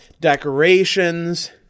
decorations